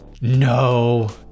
No